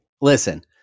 Listen